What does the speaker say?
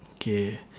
okay